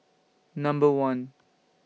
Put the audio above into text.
Number one